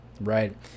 right